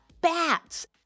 Bats